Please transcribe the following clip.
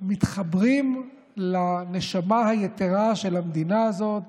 מתחברים לנשמה היתרה של המדינה הזאת,